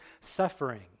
suffering